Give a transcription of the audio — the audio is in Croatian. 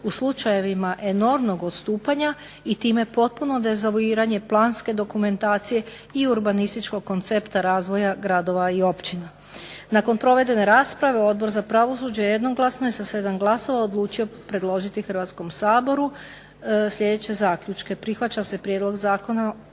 u slučajevima enormnog odstupanja i time potpuno dezavuiranje planske dokumentacije i urbanističkog koncepta razvoja gradova i općina. Nakon provedene rasprave Odbor za pravosuđe jednoglasno je sa 7 glasova odlučio predložiti Hrvatskom saboru sljedeće zaključke: prihvaća se Prijedlog Zakona